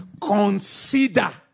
consider